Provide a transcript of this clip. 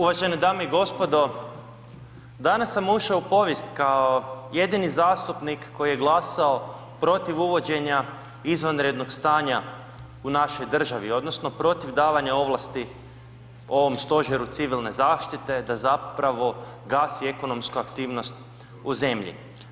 Uvažene dame i gospodo, danas sam ušao u povijest kao jedini zastupnik koji je glasao protiv uvođenja izvanrednog stanja u našoj državi odnosno protiv davanja ovlasti ovom stožeru civilne zaštite da zapravo gasi ekonomsku aktivnost u zemlji.